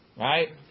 Right